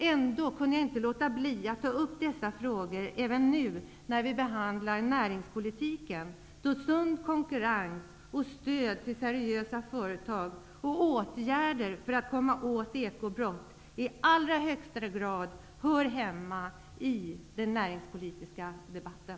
Ändå kunde jag inte låta bli att ta upp dessa frågor även nu när vi behandlar näringspolitiken, eftersom sund konkurrens, stöd till seriösa företag och åtgärder för att komma åt ekobrott i allra högsta grad hör hemma i den näringspolitiska debatten.